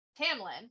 Tamlin